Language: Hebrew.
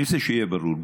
אני רוצה שיהיה ברור,